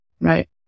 right